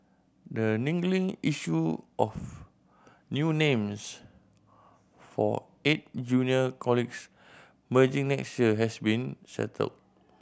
the niggling issue of new names for eight junior colleagues merging next year has been settled